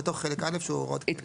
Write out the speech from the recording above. בתוך חלק א' : הוראות כלליות.